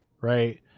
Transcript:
right